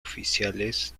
oficiales